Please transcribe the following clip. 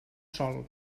sòl